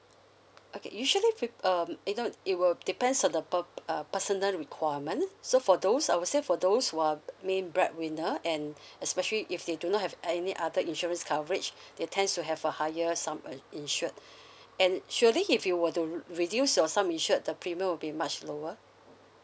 okay usually peo~ um you know it will depends on the per~ uh personal requirement so for those I would say for those who are main breadwinner and especially if they do not have any other insurance coverage they tend to have a higher sum uh insured and surely if you were to reduce your sum insured the premium will be much lower